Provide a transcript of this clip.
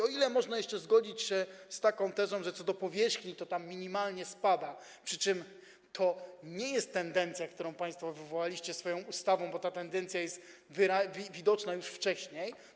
O ile można jeszcze zgodzić się z taką tezą, że co do powierzchni, to ona minimalnie zmniejszyła się, przy czym to nie jest tendencja, którą państwo wywołaliście swoją ustawą, bo ta tendencja była widoczna już wcześniej.